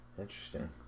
Interesting